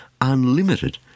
unlimited